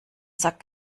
sack